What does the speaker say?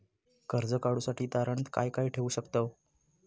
कर्ज काढूसाठी तारण काय काय ठेवू शकतव?